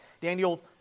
Daniel